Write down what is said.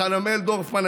לחנמאל דורפמן,